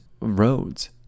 roads